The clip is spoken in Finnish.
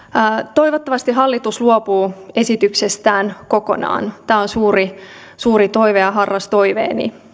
toivottavasti hallitus luopuu esityksestään kokonaan tämä on suuri suuri toive ja harras toiveeni